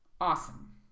Awesome